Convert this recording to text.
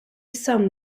some